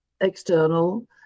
external